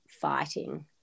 fighting